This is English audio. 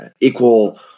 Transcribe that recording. equal